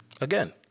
Again